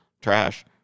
trash